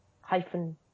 hyphen